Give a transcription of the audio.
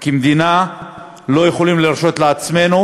כמדינה לא יכולים להרשות לעצמנו